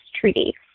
treaty